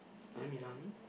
I'm in army